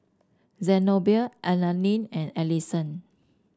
Zenobia Alani and Allison